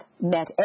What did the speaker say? Met